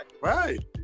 Right